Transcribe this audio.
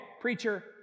preacher